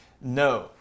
No